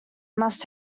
must